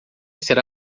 será